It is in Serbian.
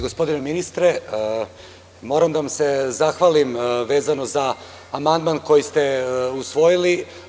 Gospodine ministre, moram da vam se zahvalim vezano za amandman koji ste usvojili.